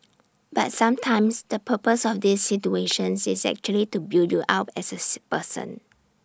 but sometimes the purpose of these situations is actually to build you up as as person